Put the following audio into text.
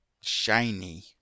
shiny